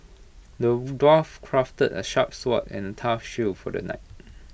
the dwarf crafted A sharp sword and A tough shield for the knight